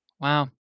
Wow